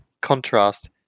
contrast